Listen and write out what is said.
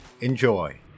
Enjoy